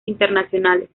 internacionales